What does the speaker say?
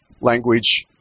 language